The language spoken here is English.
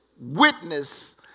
witness